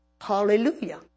Hallelujah